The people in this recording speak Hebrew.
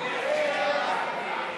לקחנו 170 יועצים,